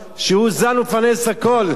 שהוא זן ומפרנס לכול,